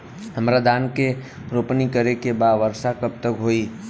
हमरा धान के रोपनी करे के बा वर्षा कब तक होई?